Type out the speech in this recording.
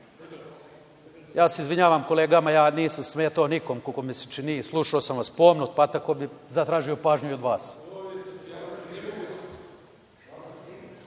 se izvinjavam kolegama, ja nisam smetao nikom, koliko mi se čini. Slušao sam vas pomno pa tako bih zatražio pažnju i od vas.